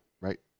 Right